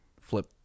flip